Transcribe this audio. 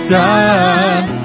done